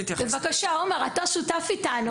בבקשה עומאר, אתה שותף איתנו.